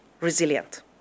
resilient